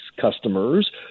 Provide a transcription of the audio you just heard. customers